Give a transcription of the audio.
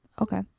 Okay